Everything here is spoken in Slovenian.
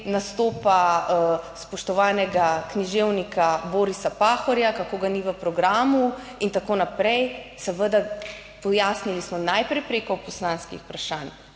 nastopa spoštovanega književnika Borisa Pahorja, kako ga ni v programu in tako naprej. Seveda, pojasnili smo najprej preko poslanskih vprašanj,